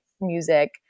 music